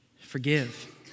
forgive